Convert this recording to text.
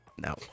no